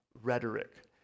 rhetoric